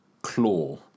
Claw